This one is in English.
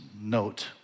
note